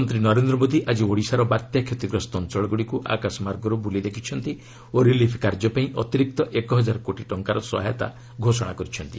ପ୍ରଧାନମନ୍ତ୍ରୀ ନରେନ୍ଦ୍ର ମୋଦି ଆଜି ଓଡ଼ିଶାର ବାତ୍ୟା କ୍ଷତିଗ୍ରସ୍ତ ଅଞ୍ଚଳଗୁଡ଼ିକୁ ଆକାଶମାର୍ଗରୁ ବୁଲି ଦେଖିଛନ୍ତି ଓ ରିଲିଫ୍ କାର୍ଯ୍ୟପାଇଁ ଅତିରିକ୍ତ ଏକ ହଜାର କୋଟି ଟଙ୍କାର ସହାୟତା ଘୋଷଣା କରିଛନ୍ତି